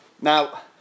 Now